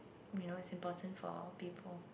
you know it's important for people